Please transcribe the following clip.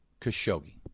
Khashoggi